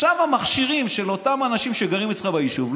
המכשירים של אותם אנשים שגרים אצלך ביישוב,